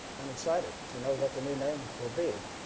um excited to know what the new name will be.